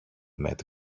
met